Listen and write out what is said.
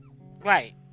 Right